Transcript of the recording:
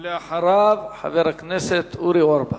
ואחריו, חבר הכנסת אורי אורבך.